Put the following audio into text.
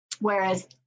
whereas